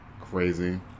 Crazy